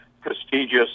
prestigious